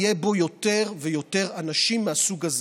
יהיו בו יותר ויותר אנשים מהסוג הזה.